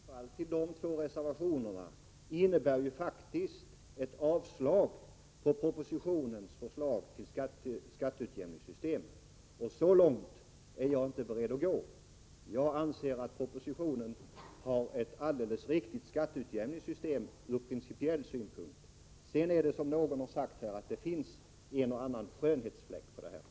Fru talman! Jag tackar för de vänliga orden. Men jag vill påpeka att ett bifall till nämnda reservationer faktiskt innebär avslag på propositionens förslag till skatteutjämningssystem, och så långt är jag inte beredd att gå. Jag anser att propositionens förslag till skatteutjämningssystem är alldeles riktigt ur principiell synpunkt. Men det finns, som någon här har sagt, en och annan skönhetsfläck.